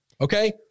Okay